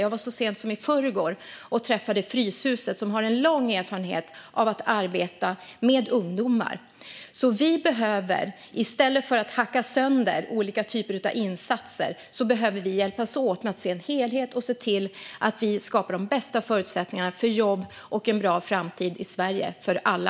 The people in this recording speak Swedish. Jag var så sent som i förrgår och träffade representanter för Fryshuset, som har lång erfarenhet av att arbeta med ungdomar. Vi behöver därför, i stället för att hacka sönder olika typer av insatser, hjälpas åt att se en helhet och se till att vi skapar de bästa förutsättningarna för jobb och en bra framtid i Sverige för alla.